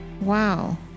Wow